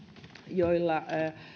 joilla